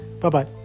Bye-bye